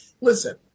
listen